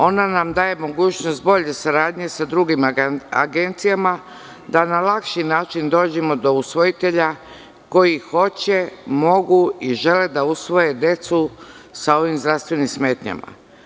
Ona nam daje mogućnost bolje saradnje sa drugim agencijama, da na lakši način dođemo do usvojitelja koji hoće, mogu i žele da usvoje decu sa ovim zdravstvenim smetnjama.